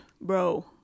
bro